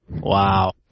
Wow